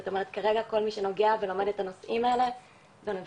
כרגע כל מי שנוגע ולומד את הנושאים האלה באוניברסיטאות,